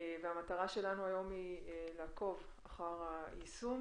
המטרה שלנו היום היא לעקוב אחר היישום